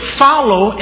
follow